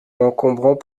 encombrants